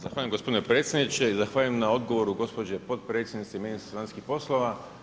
Zahvaljujem gospodine predsjedniče i zahvaljujem na odgovoru gospođe potpredsjednice i ministrice vanjskih poslova.